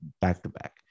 back-to-back